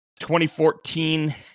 2014